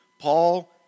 Paul